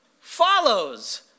follows